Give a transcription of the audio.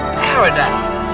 paradise